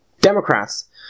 Democrats